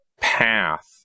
path